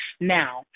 Now